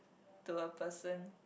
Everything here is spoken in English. to a person